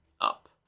up